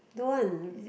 don't want